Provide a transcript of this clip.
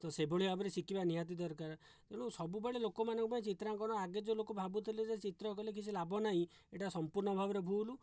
ତ ସେଭଳି ଭାବରେ ଶିଖିବା ନିହାତି ଦରକାର ତେଣୁ ସବୁବେଳେ ଲୋକମାନଙ୍କ ପାଇଁ ଚିତ୍ରାଙ୍କନ ଆଗେ ଯେଉଁ ଲୋକ ଭାବୁଥିଲେ ଯେ ଚିତ୍ର କଲେ କିଛି ଲାଭ ନାହିଁ ଏଇଟା ସମ୍ପୂର୍ଣ୍ଣ ଭାବରେ ଭୁଲ୍